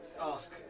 ask